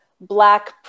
Black